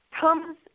comes